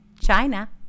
China